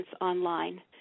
online